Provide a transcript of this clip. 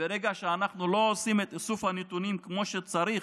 וברגע שאנחנו לא עושים את איסוף הנתונים כמו שצריך,